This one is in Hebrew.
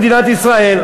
למדינת ישראל,